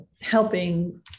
helping